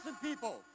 people